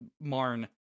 Marn